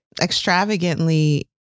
Extravagantly